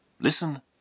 Listen